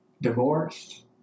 divorced